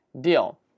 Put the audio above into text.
deal